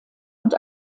und